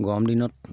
গৰম দিনত